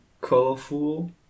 colorful